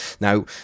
Now